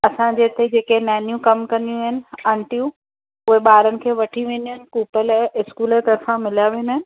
असांजे हिते जेके नैनियुं कमु कंदियूं आहिनि आंटियूं उहे ॿारनि खे वठी वेंदियूं आहिनि कूपन लाइ स्कूल जे तर्फ़ा मिलिया वेंदा आहिनि